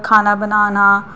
खाना बनाना